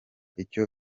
icyo